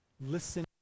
listen